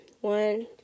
one